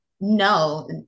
No